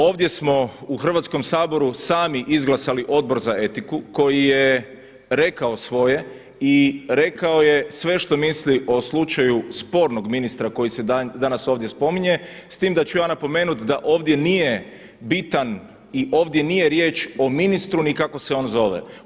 Ovdje smo u Hrvatskom saboru sami izglasali Odbor za etiku koji je rekao svoje i rekao je sve što misli o slučaju spornog ministra koji se danas ovdje spominje s tim da ću ja napomenut da ovdje nije bitan i ovdje nije riječ o ministru ni kako se on zove.